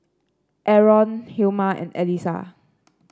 Arron Hilma and Elisa